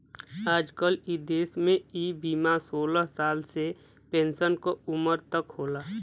आजकल इ देस में इ बीमा सोलह साल से पेन्सन क उमर तक होला